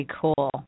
cool